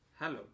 Hello